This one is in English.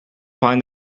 find